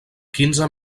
quinze